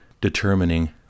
determining